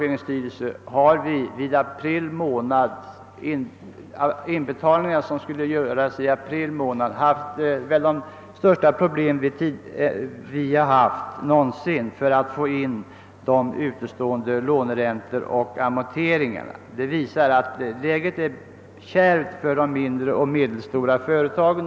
Under april månad har vi vid de inbetalningar som skall göras råkat ut för de största svårigheter vi någonsin haft beträffande utestående låneräntor och amorteringar. Det innebär att läget är skärpt för de mindre och medelstora företagen.